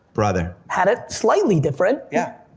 brother. had, ah slightly different. yeah.